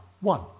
one